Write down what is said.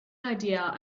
idea